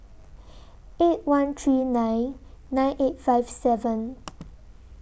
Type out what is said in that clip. eight one three nine nine eight five seven